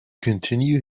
continue